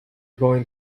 going